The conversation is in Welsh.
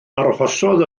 arhosodd